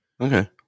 Okay